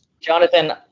jonathan